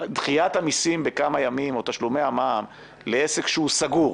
דחיית המיסים בכמה ימים או דחיית תשלומי המע"מ לעסק שהוא סגור,